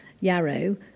yarrow